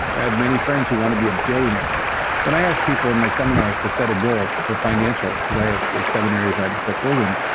i have many friends who want to be a billionaire when i ask people in my seminars to set a goal for financial because i have seven areas i've set goals in,